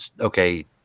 okay